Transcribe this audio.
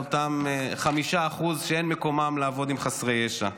על אותם 5% שאין מקומם לעבוד עם חסרי ישע.